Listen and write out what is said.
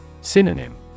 Synonym